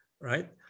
right